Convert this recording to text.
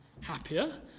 happier